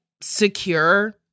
secure